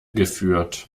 geführt